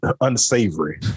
unsavory